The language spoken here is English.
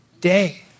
day